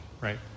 right